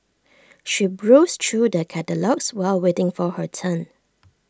she browsed through the catalogues while waiting for her turn